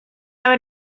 would